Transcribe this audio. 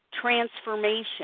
transformation